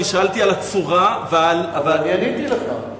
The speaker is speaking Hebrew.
אני שאלתי על הצורה ועל, ואני עניתי לך.